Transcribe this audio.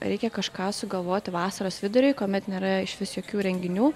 reikia kažką sugalvoti vasaros viduriui kuomet nėra išvis jokių renginių